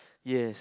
yes